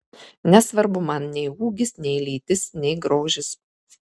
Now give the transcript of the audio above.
nesvarbu man nei ūgis nei lytis nei grožis